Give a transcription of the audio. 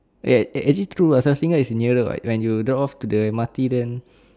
eh eh actually true [what] south singer is nearer [what] when you drop off to the M_R_T then